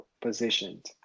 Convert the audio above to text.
positioned